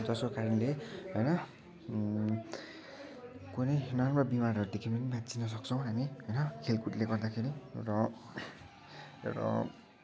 जस्को कारणले होइन कुनै नराम्रो बिमारहरूदेखि पनि बाँच्न सक्छौँ हामी होइन खेलकुदले गर्दाखेरि र र